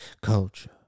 culture